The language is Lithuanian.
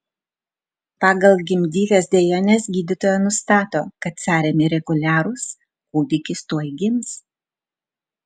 pagal gimdyvės dejones gydytoja nustato kad sąrėmiai reguliarūs kūdikis tuoj gims